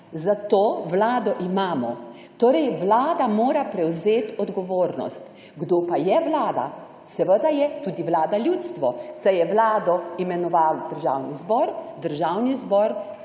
zato vlado imamo. Torej vlada mora prevzeti odgovornost. Kdo pa je vlada? Seveda je tudi vlada ljudstvo, saj je vlado imenoval Državni zbor, Državni zbor